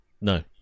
No